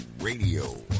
Radio